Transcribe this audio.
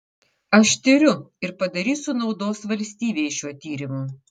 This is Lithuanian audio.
aš tiriu ir padarysiu naudos valstybei šiuo tyrimu